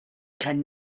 can